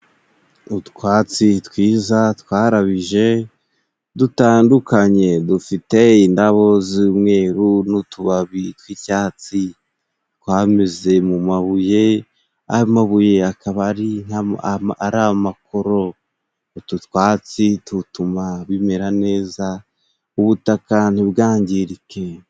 Utwatsi twiza twarabije dutandukanye dufite indabo z'umweru n'utubabi tw'icyatsi twameze mu mabuye amabuye akaba ari amakoro utu twatsi dutuma bimera neza ubutaka ntibwangirike.